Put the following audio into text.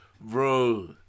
Bro